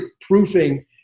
proofing